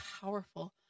powerful